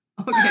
Okay